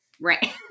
right